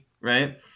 right